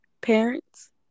parents